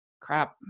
crap